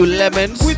lemons